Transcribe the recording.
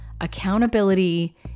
Accountability